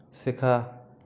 শেখা